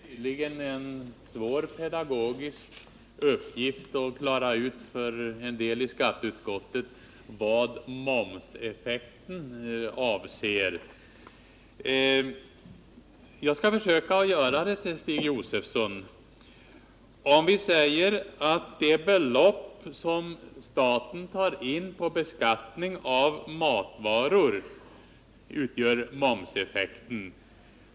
Herr talman! Det är tydligen en svår pedagogisk uppgift att klara ut för en del ledamöter i skatteutskottet vad momseffekten är. Jag skall försöka klara ut det för Stig Josefson. Det belopp som staten tar in på beskattning av matvaror utgör momseffekten.